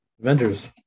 Avengers